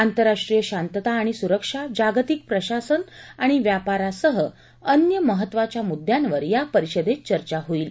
आंतराष्ट्रीय शांतता आणि सुरक्षा जागतिक प्रशासन आणि व्यापारासह अन्य महत्वाच्या मुद्द्यांवर या परिषदेत चर्चा होईल